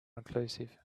inclusive